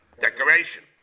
decoration